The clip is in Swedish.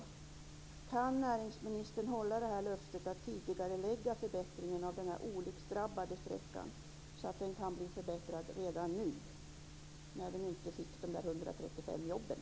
Kan näringsministern hålla löftet om en tidigareläggning av förbättringen av den här olycksdrabbade sträckan, så att det kan bli en förbättring redan nu - särskilt som vi inte fick de där 135 jobben?